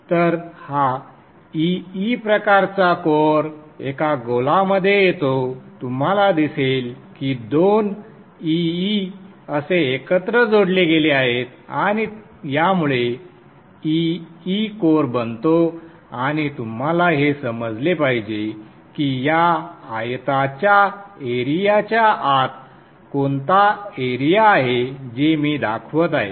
तर हा E E प्रकारचा कोअर एका गोलामध्ये येतो तुम्हाला दिसेल की दोन E E असे एकत्र जोडले गेले आहेत आणि यामुळे E E कोअर बनतो आणि तुम्हाला हे समजले पाहिजे की या आयताच्या एरियाच्या आत कोणता एरिया आहे जे मी दाखवत आहे